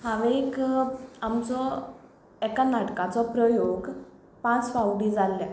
हांवें एक आमचो एका नाटकाचो प्रयोग पांच फावटीं जाल्ल्या